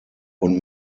und